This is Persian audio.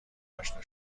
آشنا